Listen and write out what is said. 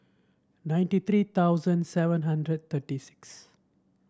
ninety three thousand seven hundred thirty six